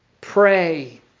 pray